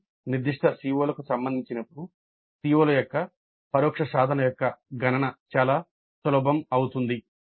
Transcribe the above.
ప్రశ్నలు నిర్దిష్ట CO లకు సంబంధించినప్పుడు CO ల యొక్క పరోక్ష సాధన యొక్క గణన చాలా సులభం అవుతుంది